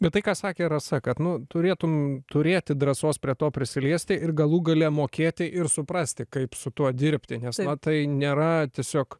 bet tai ką sakė rasa kad nu turėtum turėti drąsos prie to prisiliesti ir galų gale mokėti ir suprasti kaip su tuo dirbti nes tai nėra tiesiog